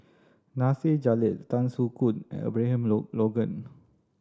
Nasir Jalil Tan Soo Khoon and Abraham Logan